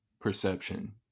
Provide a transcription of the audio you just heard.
perception